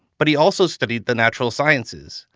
but he also studied the natural sciences,